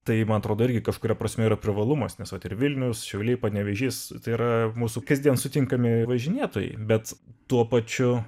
tai man atrodo irgi kažkuria prasme yra privalumas nes vilnius šiauliai panevėžys tai yra mūsų kasdien sutinkami važinėtojai bet tuo pačiu